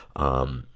um,